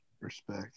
respect